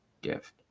gift